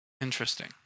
Interesting